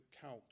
count